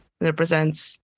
represents